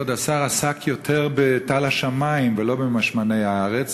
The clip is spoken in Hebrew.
כבוד השר עסק יותר בטל השמים ולא במשמני הארץ,